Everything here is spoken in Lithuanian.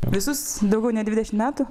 visus daugiau nei dvidešim metų